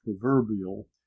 proverbial